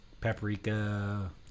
Paprika